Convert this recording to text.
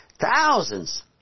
Thousands